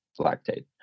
lactate